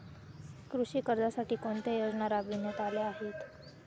कृषी कर्जासाठी कोणत्या योजना राबविण्यात आल्या आहेत?